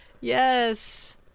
yes